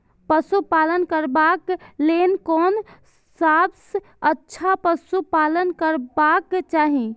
पशु पालन करबाक लेल कोन सबसँ अच्छा पशु पालन करबाक चाही?